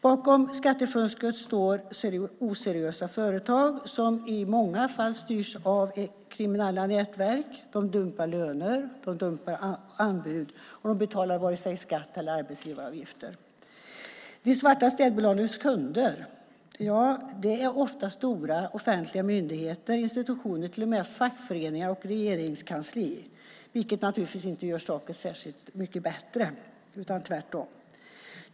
Bakom skattefusket står oseriösa företag som i många fall styrs av kriminella nätverk. De dumpar löner och anbud och betalar varken skatt eller arbetsgivaravgifter. De svarta städbolagens kunder är ofta stora offentliga myndigheter, institutioner och till och med fackföreningar och Regeringskansliet, vilket naturligtvis inte gör saken särskilt mycket bättre.